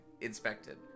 inspected